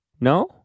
No